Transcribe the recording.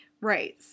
Right